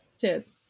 Cheers